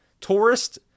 Tourist